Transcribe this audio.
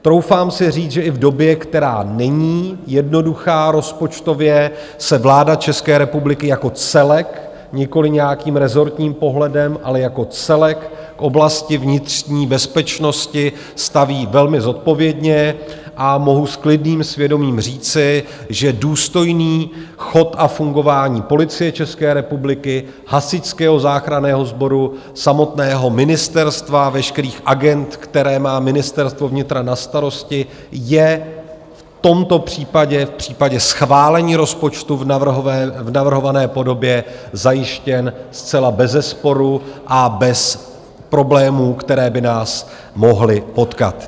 Troufám si říct, že i v době, která není jednoduchá rozpočtově, se vláda České republiky jako celek nikoliv nějakým rezortním pohledem, ale jako celek oblasti vnitřní bezpečnosti staví velmi zodpovědně, a mohu s klidným svědomím říci, že důstojný chod a fungování Policie České republiky, Hasičského záchranného sboru, samotného ministerstva a veškerých agend, které má Ministerstvo vnitra na starosti, je v tomto případě, v případě schválení rozpočtu v navrhované podobě, zajištěn zcela bezesporu a bez problémů, které by nás mohly potkat.